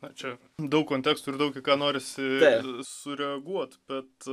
na čia daug kontekstų ir daug į ką norisi sureaguot bet